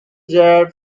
jet